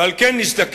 ועל כן נזדקק